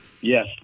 Yes